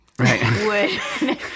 Right